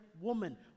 woman